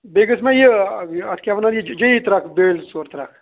بیٚیہِ گژھِ مےٚ یہِ یہِ اَتھ کیٛاہ وَنان یہِ جٔری تَرٛکھ بیٛٲلۍ زٕ ژور تَرٛکھ